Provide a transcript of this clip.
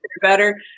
better